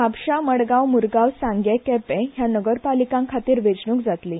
म्हापशां मडगांव म्रगांव सांगे केपें हया नगरपालीकां खातीर वेचणूक जातली